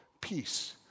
peace